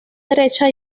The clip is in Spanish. derecha